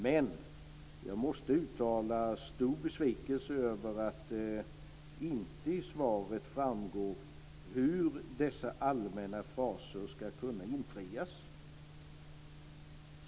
Men jag måste uttala stor besvikelse över att det i svaret inte framgår hur det som sägs i dessa allmänna fraser ska kunna infrias.